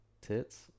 tits